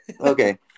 Okay